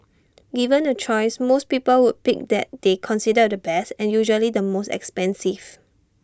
given A choice most people would pick that they consider the best and usually the most expensive